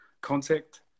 contact